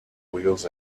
wheels